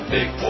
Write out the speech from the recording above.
Big